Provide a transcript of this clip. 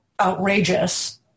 outrageous